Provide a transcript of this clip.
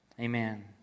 amen